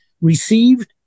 received